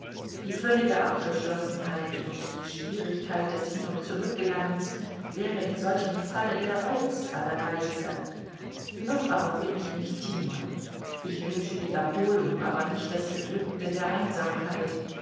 die völlige abgeschlossenheit und die schwierigkeit des hin und zurückgelangens wäre in solchem falle der reiz aller reize noch aber bin ich nicht timon ich wünsche die erholung aber nicht das bedrückende der einsamkeit